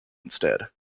instead